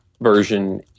version